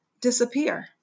disappear